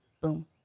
boom